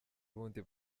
ubundi